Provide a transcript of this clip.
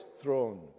throne